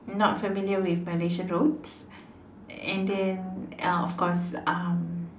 not familiar with Malaysian roads and then uh of course um